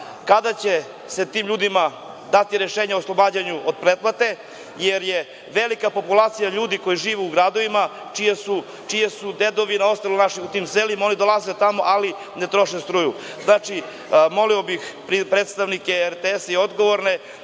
kada će se tim ljudima dati rešenje o oslobađanju od pretplate? Jer, velika je populacija ljudi koji žive u gradovima čije su dedovine ostale u našim selima, oni dolaze tamo, ali ne troše struju. Znači, molio bih predstavnike RTS-a i odgovorne